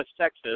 Texas